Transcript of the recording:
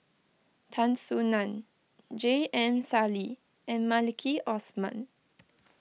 Tan Soo Nan J M Sali and Maliki Osman